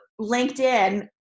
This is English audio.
LinkedIn